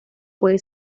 puede